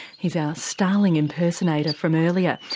he's our starling impersonator from earlier.